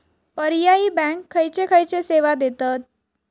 पर्यायी बँका खयचे खयचे सेवा देतत?